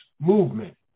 movement